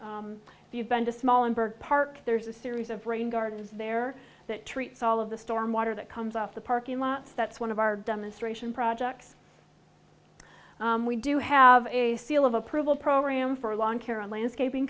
bird park there's a series of rain gardens there that treats all of the storm water that comes off the parking lots that's one of our demonstration projects we do have a seal of approval program for long care and landscaping